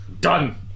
Done